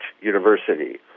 University